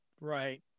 Right